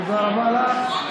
תודה רבה לך.